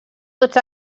tots